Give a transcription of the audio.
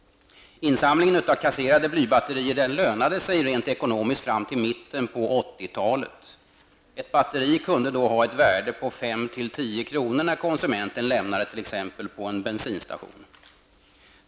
Insamlandet av kasserade blybatterier lönade sig rent ekonomiskt fram till mitten av 80-talet. Ett batteri kunde ha ett värde av 5--10 kr. när konsumenten lämnat det tillbaka till en bensinstation.